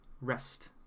rest